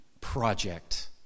project